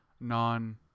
non